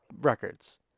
records